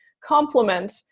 complement